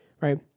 right